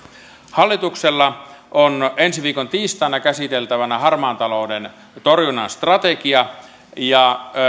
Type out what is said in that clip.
hallituksella on ensi viikon tiistaina käsiteltävänä harmaan talouden torjunnan strategia ja